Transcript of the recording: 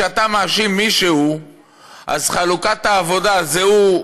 כשאתה מאשים מישהו אז חלוקת העבודה היא: הוא,